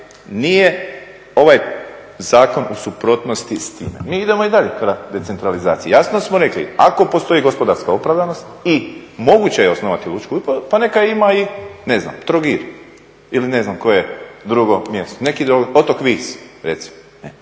nije ovaj zakon u suprotnosti s tim. Mi idemo i dalje ka decentralizaciji. Jasno smo rekli, ako postoji gospodarska opravdanost i moguće je osnovati lučku upravu, pa neka je ima i, ne znam, Trogir ili ne znam koje drugo mjesto, neki otok, Vis recimo.